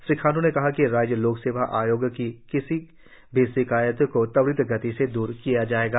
श्री खांडू ने कहा कि राज्य लोक सेवा आयोग की किसी भी शिकायत को त्वरित गति से दूर किया जाएगा